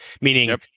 Meaning